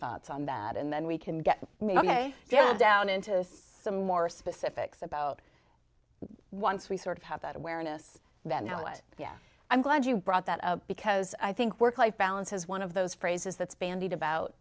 thoughts on that and then we can get me down into some more specifics about once we sort of have that awareness that now that yeah i'm glad you brought that up because i think work life balance is one of those phrases that's bandied about